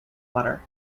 water